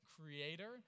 creator